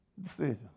decision